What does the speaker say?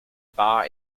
bar